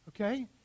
okay